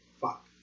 Fuck